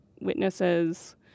witnesses